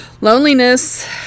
loneliness